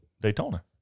Daytona